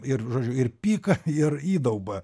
ir žodžiu ir pyką ir įdaubą